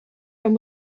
and